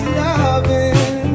loving